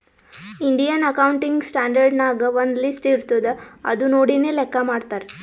Indian accounting standard ನಾಗ್ ಒಂದ್ list ಇರ್ತುದ್ ಅದು ನೋಡಿನೇ ಲೆಕ್ಕಾ ಮಾಡ್ತಾರ್